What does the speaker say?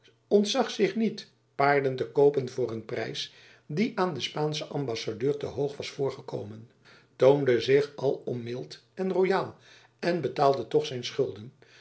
ontzag zich niet paarden te koopen voor een prijs die aan den spaanschen ambassadeur te hoog was voorgekomen toonde zich alom mild en royaal en betaalde toch zijn schulden